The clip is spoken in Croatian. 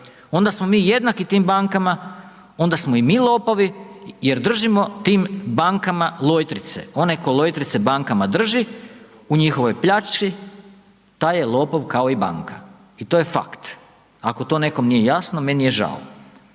onda smo mi jednaki tim bankama, onda smo i mi lopovi jer držimo tim bankama lojtrice, onaj tko lojtrice bankama drži u njihovoj pljački, taj je lopov kao i banka i to je fakt, ako to nekom nije jasno, meni je žao.